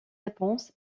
réponse